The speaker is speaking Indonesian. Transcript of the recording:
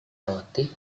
roti